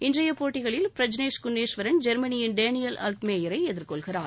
இன்றைய போட்டிகளில் பிரஜ்னேஷ் குன்னேஸ்வரன் ஜெர்மனியின் டேனியல் அல்த்மேயரை எதிர்கொள்கிறார்